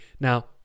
Now